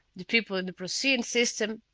the people in the procyon system